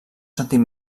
sentit